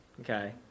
okay